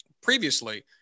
previously